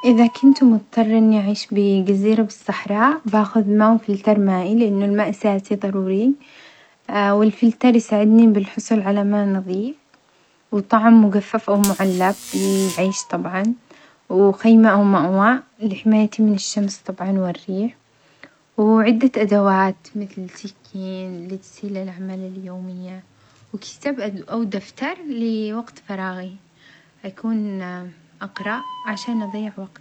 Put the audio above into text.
إذا كنت مضطرة إني أعيش بجزيرة بالصحراء باخذ معو فلتر مائي لأن الماء أساسي ضروري، والفلتر يساعدني بالحصول على ماء نظيف وطعام مجفف أو معلب والعيش طبعًا، وخيمة أو مأوى لحمايتي من الشمس طبعًا والريح، وعدة أدوات مقل سكين لتسهيل الأعمال اليومية وكتاب أو أو دفتر لوقت فراغي أكون أقرأ عشان أظيع وقت.